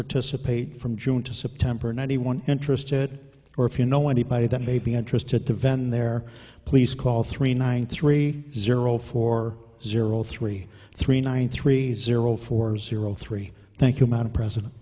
participate from june to september ninety one interested or if you know anybody that may be interested to vend there please call three nine three zero four zero three three nine three zero four zero three thank you madam president